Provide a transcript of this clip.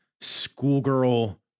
schoolgirl